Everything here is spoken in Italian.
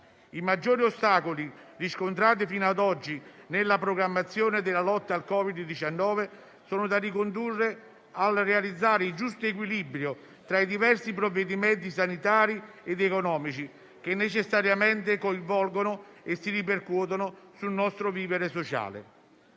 I maggiori ostacoli riscontrati fino ad oggi nella programmazione della lotta al Covid-19 sono da ricondurre al realizzare il giusto equilibrio tra i diversi provvedimenti sanitari ed economici che necessariamente coinvolgono e si ripercuotono sul nostro vivere sociale.